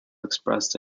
expressed